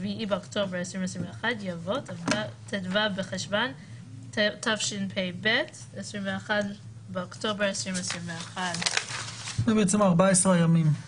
7/10/2021 יבוא ט"ו בחשוון תשפ"ב 21/10/2021. זה בעצם 14 ימים.